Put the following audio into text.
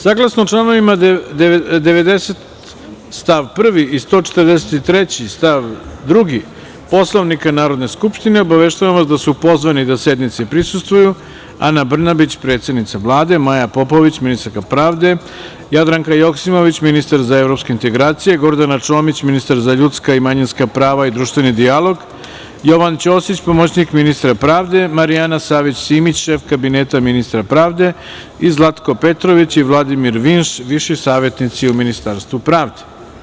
Saglasno članovima 90. stav 1. i 143. stav 2. Poslovnika Narodne skupštine, obaveštavam vas da su pozvani da sednici prisustvuju: Ana Brnabić, predsednica Vlade, Maja Popović, ministarka pravde, Jadranka Joksimović, ministar za evropske integracije, Gordana Čomić, ministar za ljudska i manjinska prava i društveni dijalog, Jovan Ćosić, pomoćnik ministra pravde, Marijana Savić Simić, šef Kabineta ministra pravde i Zlatko Petrović i Vladimir Vinš, viši savetnici u Ministarstvu pravde.